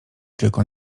tylko